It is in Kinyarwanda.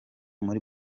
muri